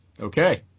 Okay